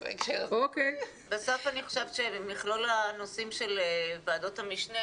בסוף אני חושבת שבמכלול הנושאים של ועדות המשנה